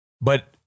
But-